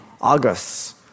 August